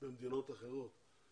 שיעשו על